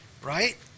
right